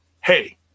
hey